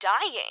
dying